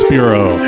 Bureau